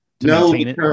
No